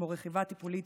כמו רכיבה טיפולית,